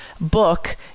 book